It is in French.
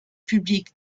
public